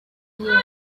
year